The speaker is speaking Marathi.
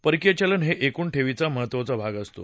परकीय चलन हे एकूण ठेवीचा महत्त्वाचा भाग असतो